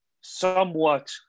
somewhat